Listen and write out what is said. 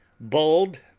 bold,